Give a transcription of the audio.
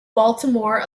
baltimore